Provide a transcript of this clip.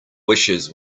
wishes